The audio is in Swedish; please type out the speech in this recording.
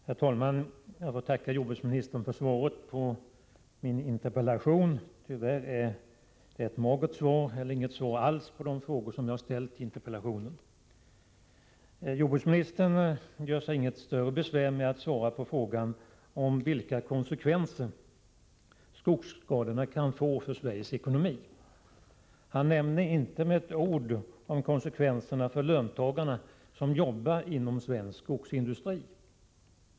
Herr talman! Jag får tacka jordbruksministern för svaret på min interpellation. Tyvärr är det ett magert svar, eller inget svar alls, på de frågor jag har ställt i interpellationen. Jordbruksministern gör sig inget besvär med att svara på frågan om vilka konsekvenser skogsskadorna kan få för Sveriges ekonomi. Han nämner inte med ett ord konsekvenserna för löntagarna som jobbar inom svensk skogsindustri.